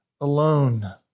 alone